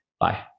Bye